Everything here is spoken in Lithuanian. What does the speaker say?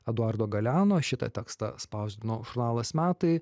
eduardo galeano šitą tekstą spausdino žurnalas metai